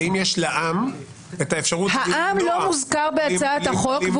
את אומרת - האם יש לעם את האפשרות -- העם לא מוזכר בהצעת החוק,